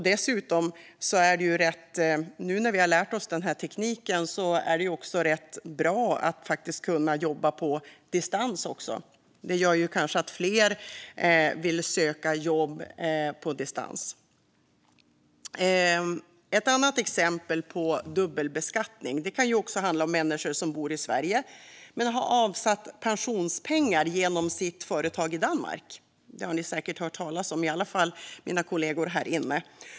Dessutom är det, nu när vi har lärt oss tekniken, rätt bra att kunna jobba på distans. Det gör kanske att fler vill söka jobb på distans. Ett annat exempel på dubbelbeskattning handlar om människor som bor i Sverige men har avsatt pensionspengar genom sitt företag i Danmark. Det har ni säkert hört talas om, i alla fall mina kollegor här inne.